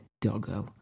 Doggo